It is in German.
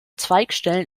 zweigstellen